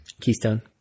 Keystone